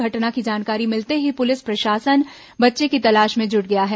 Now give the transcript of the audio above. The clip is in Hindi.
घटना की जानकारी मिलते ही पुलिस प्रशासन बच्चे की तलाश में जुट गया है